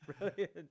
brilliant